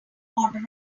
order